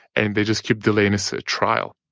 and they just keep delaying his trial.